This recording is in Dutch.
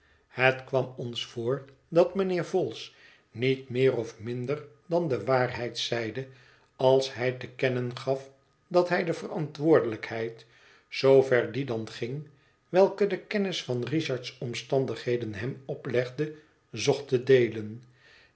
het kwam ons voor dat mijnheer vholes niet meer of minder dan de waarheid zeide als hij te kennen gaf dat hij de verantwoordelijkheid zoover die dan ging welke de kennis van richard's omstandigheden hem oplegde zocht te deelen